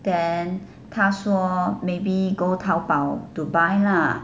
then 她说 maybe go 淘宝 to buy lah